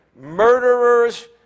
murderers